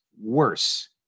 worse